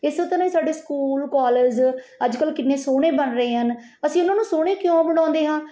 ਇਸ ਤਰ੍ਹਾਂ ਹੀ ਸਾਡੇ ਸਕੂਲ ਕਾਲਜ ਅੱਜ ਕੱਲ੍ਹ ਕਿੰਨੇ ਸੋਹਣੇ ਬਣ ਰਹੇ ਹਨ ਅਸੀਂ ਉਹਨਾਂ ਨੂੰ ਸੋਹਣੇ ਕਿਉਂ ਬਣਾਉਂਦੇ ਹਾਂ